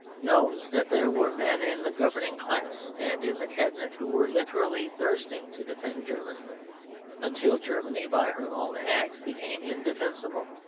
knows that there were men in the governing class and in the cabinet who were literally thirsting to defend germany until germany, by her own act, became indefensible.